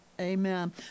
Amen